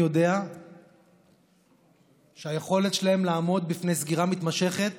יודע שהיכולת שלהם לעמוד בפני סגירה מתמשכת